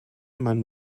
man